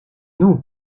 nous